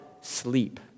sleep